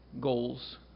goals